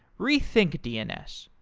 rethink dns,